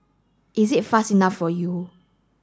is it fast enough for you